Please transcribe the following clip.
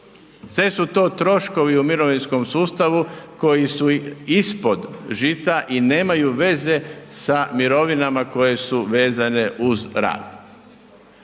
Sve su to troškovi u mirovinskom sustavu koji su ispod žita i nemaju veze sa mirovinama koje su vezane uz rad.